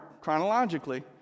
chronologically